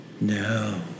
No